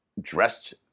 dressed